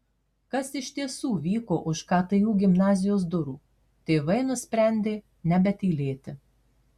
kas iš tiesų vyko už ktu gimnazijos durų tėvai nusprendė nebetylėti